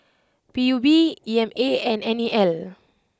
P U B E M A and N E L